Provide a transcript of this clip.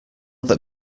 that